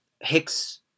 Hicks